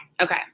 Okay